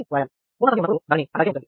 పూర్ణ సంఖ్య ఉన్నప్పుడు దానిని అలాగే ఉంచండి